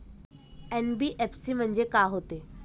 NBFC म्हणजे का होते?